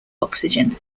oxygen